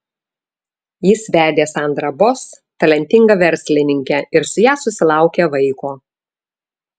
jis vedė sandrą boss talentingą verslininkę ir su ja susilaukė vaiko